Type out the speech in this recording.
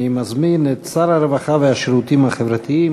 אני מזמין את שר הרווחה והשירותים החברתיים